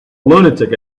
lunatic